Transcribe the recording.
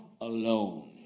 alone